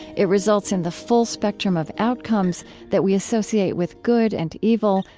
it results in the full spectrum of outcomes that we associate with good and evil,